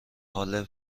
حال